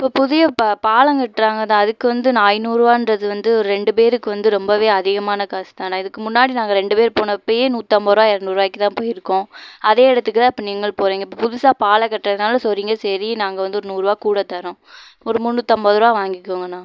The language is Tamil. இப்போ புதிய பா பாலம் கட்டுறாங்கதான் அதுக்கு வந்து நான் ஐந்நூறுபான்றது வந்து ஒரு ரெண்டு பேருக்கு வந்து ரொம்பவே அதிகமான காஸ் தாண்ணா இதுக்கு முன்னாடி நாங்கள் ரெண்டு பேர் போனப்பையே நூற்றம்பதுருவா இரநூருவாய்க்கிதான் போயிருக்கோம் அதே இடத்துக்குதான் இப்போ நீங்களும் போகிறீங்க இப்போ புதுசாக பாலம் கட்டுறதுனால சொல்கிறீங்க சரி நாங்கள் வந்து ஒரு நூறுபா கூட தரோம் ஒரு முந்நூற்றம்பதுருவா வாங்கிக்கோங்கண்ணா